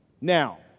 Now